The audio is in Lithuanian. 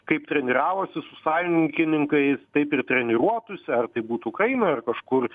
kaip treniravosi su sąjungininkais taip ir treniruotųsi ar tai būtų ukrainoj ar kažkur